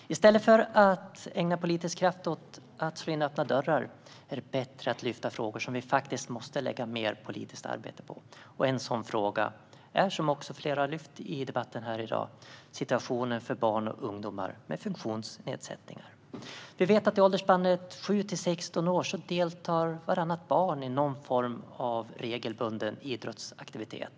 I stället för att ägna politisk kraft åt att slå in öppna dörrar är det bättre att lyfta upp frågor som vi faktiskt måste lägga mer politiskt arbete på. En sådan fråga, som flera andra har lyft upp i dagens debatt, är situationen för barn och ungdomar med funktionsnedsättningar. Vi vet att i åldersspannet 7-16 år deltar vartannat barn i någon form av regelbunden idrottsaktivitet.